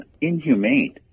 inhumane